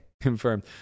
Confirmed